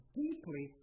deeply